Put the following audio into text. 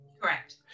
Correct